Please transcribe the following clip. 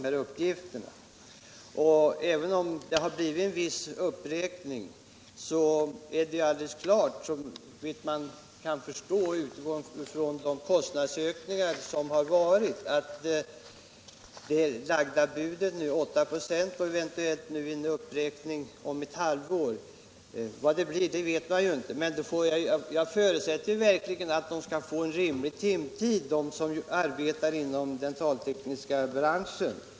Även om det har blivit en viss uppräkning, är det alldeles klart — såvitt man kan förstå med utgångspunkt i de kostnadsökningar som har skett — att det lagda budet på 8 96 är otillräckligt, även om det eventuellt blir en uppräkning om ett halvår; vad den ger vet man ju inte. Jag förutsätter verkligen att det blir ett rimligt timantal för dem som arbetar inom den dentaltekniska branschen.